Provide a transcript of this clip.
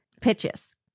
pitches